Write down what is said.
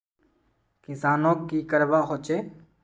किसानोक की करवा होचे?